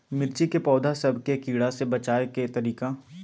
मिर्ची के पौधा सब के कीड़ा से बचाय के तरीका?